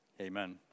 Amen